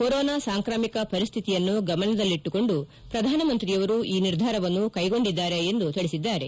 corona ಸಾಂಕ್ರಾಮಿಕ ಪರಿಸ್ಹಿತಿಯನ್ನು ಗಮನದಲ್ಲಿಟ್ಲುಕೊಂಡು ಪ್ರಧಾನಮಂತ್ರಿಯವರು ಈ ನಿರ್ಧಾರವನ್ನು ಕ್ಲೆಗೊಂಡಿದ್ದಾರೆ ಎಂದು ತಿಳಿಸಿದ್ದಾರೆ